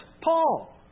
Paul